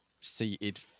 seated